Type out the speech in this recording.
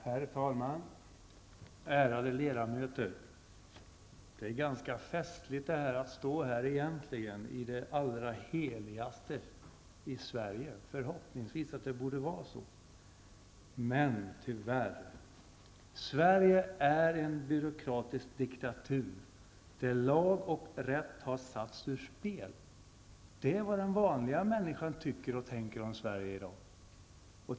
Herr talman! Ärade ledamöter. Det är ganska festligt att stå här i det allra heligaste i Sverige -- förhoppningsvis borde det vara så. Men, tyvärr, Sverige är en byråkratisk diktatur, där lag och rätt har satts ur spel. Det är vad den vanliga människan tycker och tänker om Sverige i dag.